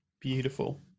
beautiful